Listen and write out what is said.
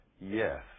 Yes